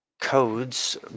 codes